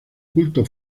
culto